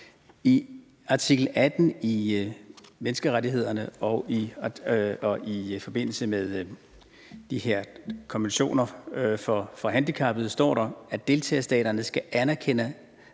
I artikel 18 i menneskerettighedskonventionen og i forbindelse med de her konventioner for handicappede står der, at deltagerstaterne skal anerkende